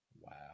Wow